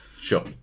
sure